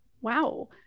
wow